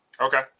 Okay